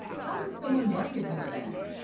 how, would someone market an event?